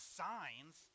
signs